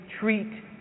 treat